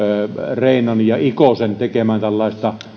reinan ja ikosen tekemään tällaista